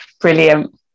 brilliant